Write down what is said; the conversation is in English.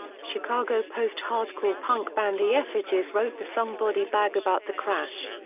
chicago post-hardcore punk band the effigies wrote the song body bag about the crash.